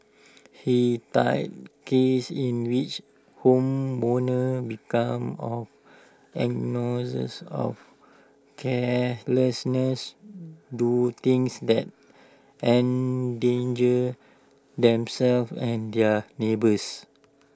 he cited cases in which homeowners become of ignorance or carelessness do things that endanger themselves and their neighbours